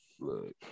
Look